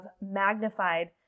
magnified